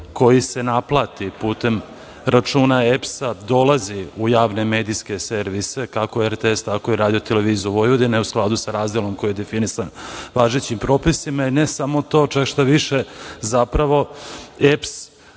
koji se naplati putem računa EPS-a, dolazi u javne medijske servise, kako RTS, tako i RTV, u skladu sa razdelom koji je definisan važećim propisima. Ne samo to, šta više, zapravo EPS